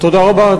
תודה רבה.